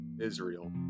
Israel